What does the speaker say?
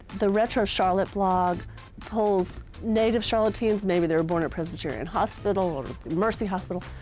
the retro charlotte blog holds native charlotteans, maybe they were born at presbyterian hospital or mercy hospital,